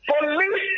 Police